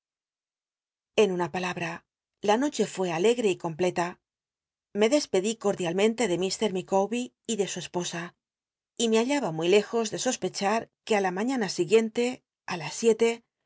en un a palabra la noche fué al egre y completa me despedi cordialmentc de mr llicawber y de su esposa y me hallaba muy lejos de ospech w c ue í ibiria la sila maiíana siguiente í las siete